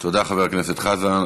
תודה, חבר הכנסת חזן.